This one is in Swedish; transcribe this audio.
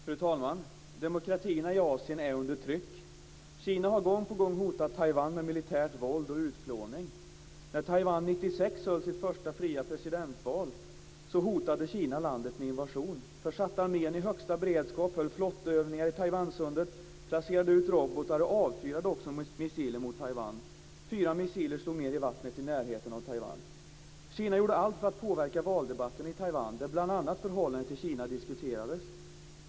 Fru talman! Demokratierna i Asien är under tryck. Kina har gång på gång hotat Taiwan med militärt våld och utplåning. När Taiwan 1996 höll sitt första fria presidentval hotade Kina landet med invasion. Man försatte armén i högsta beredskap, höll flottövningar i Taiwansundet, placerade ut robotar och avfyrade också missiler mot Taiwan. Fyra missiler slog ned i vattnet i närheten av Taiwan. Kina gjorde allt för att påverka valdebatten i Taiwan, där bl.a. förhållandet till Kina diskuterades.